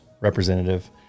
representative